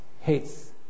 hates